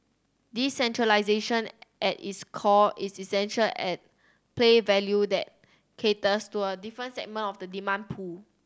decentralisation at its core is essential at play value that caters to a different segment of the demand pool